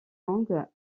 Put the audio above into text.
longues